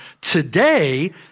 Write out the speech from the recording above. Today